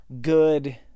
good